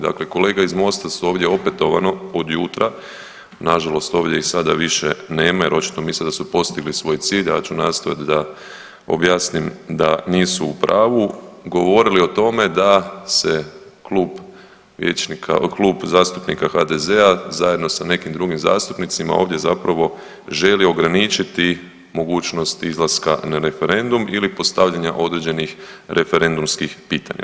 Dakle kolege iz Mosta su ovdje opetovano od jutra, na žalost ovdje ih sada više nema jer očito misle da su postigli svoj cilj, ja ću nastojati da objasnim da nisu u pravu, govorili o tome da se Klub zastupnika HDZ-a zajedno sa nekim drugim zastupnicima ovdje zapravo želi ograničiti mogućnost izlaska na referendum ili postavljanja određenih referendumskih pitanja.